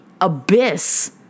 abyss